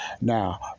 Now